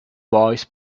boys